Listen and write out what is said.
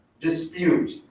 dispute